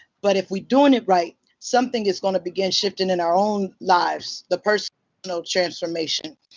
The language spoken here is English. but if we're doing it right, something is gonna begin shifting in our own lives. the personal you know transformation.